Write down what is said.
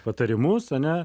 patarimus ane